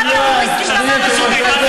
אדוני סגן השר,